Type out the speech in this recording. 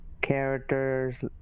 characters